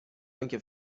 آنچه